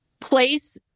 place